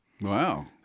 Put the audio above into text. Wow